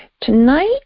Tonight